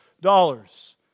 dollars